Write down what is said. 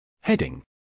Heading